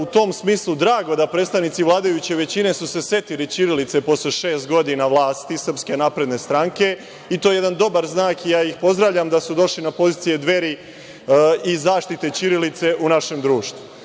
u tom smislu drago, da predstavnici vladajuće većine, su se setili ćirilice posle šest godina vlasti SNS i to je jedan dobar znak i ja ih pozdravljam da su došli na pozicije Dveri i zaštite ćirilice u našem društvu. Ono